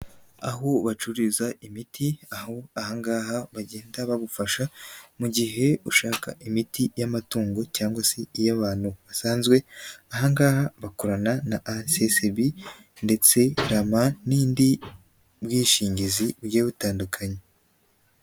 Aho bacururiza imiti, aho ahangaha bagenda bagufasha mu gihe ushaka imiti y'amatungo cyangwa se iy'abantu basanzwe, ahangaha bakorana na RSSB ndetse RAMA n'ubundi bwishingizijye butandukanye.